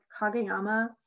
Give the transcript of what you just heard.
Kageyama